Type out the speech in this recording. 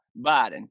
Biden